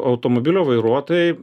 automobilio vairuotojai